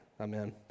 amen